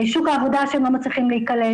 שוק העבודה שהם לא מצליחים להקלט בו,